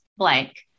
blank